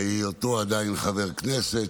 בהיותו עדיין חבר כנסת,